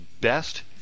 best